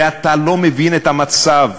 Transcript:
ואתה לא מבין את המצב,